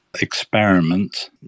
experiment